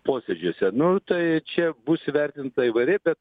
posėdžiuose nu tai čia bus įvertinta įvairiai bet